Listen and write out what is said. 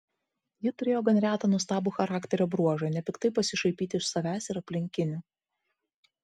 ji turėjo gan retą nuostabų charakterio bruožą nepiktai pasišaipyti iš savęs ir aplinkinių